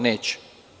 Neće.